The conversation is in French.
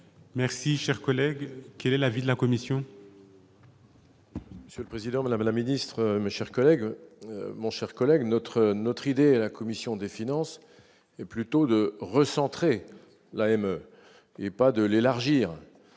Merci, cher collègue, quel est l'avis de la commission.